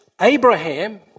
Abraham